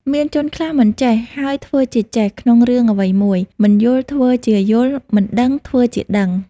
មានជនខ្លះមិនចេះ ហើយធ្វើជាចេះ ក្នុងរឿងអ្វីមួយ មិនយល់ ធ្វើជាយល់ មិនដឹង ធ្វើជាដឹង ។